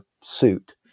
suit